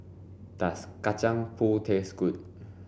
does kacang pool taste good